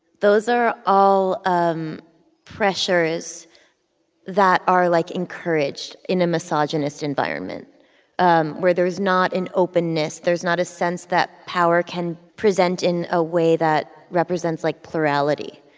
those are all um pressures that are, like, encouraged in a misogynist environment um where there is not an openness there's not a sense that power can present in a way that represents, like, plurality,